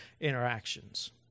interactions